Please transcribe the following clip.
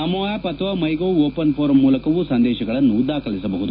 ನಮೋ app ಅಥವಾ MyGov open forum ಮೂಲಕವೂ ಸಂದೇಶಗಳನ್ನು ದಾಖಲಿಸಬಹುದು